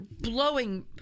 blowing